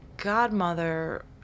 godmother